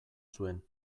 zuen